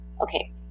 Okay